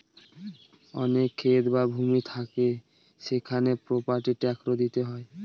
অনেক ক্ষেত বা ভূমি থাকে সেখানে প্রপার্টি ট্যাক্স দিতে হয়